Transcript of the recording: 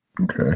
okay